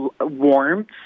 warmth